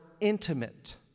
intimate